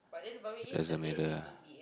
Plaza Mega